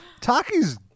Taki's